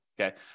Okay